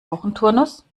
wochenturnus